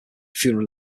funeral